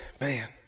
Man